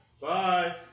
Bye